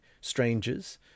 strangers